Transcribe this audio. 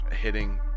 hitting